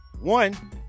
one